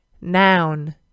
Noun